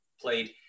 played